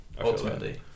ultimately